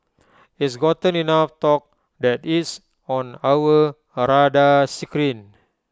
it's gotten enough talk that it's on our A radar screen